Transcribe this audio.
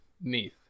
neath